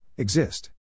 Exist